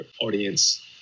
audience